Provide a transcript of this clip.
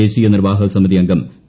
ദേശീയ നിർവാഹകസമിതി അംഗം പി